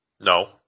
No